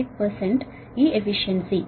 48 ఈ ఎఫిషియన్సీ